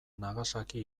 nagasaki